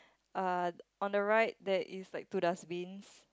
uh on the right there is like two dustbins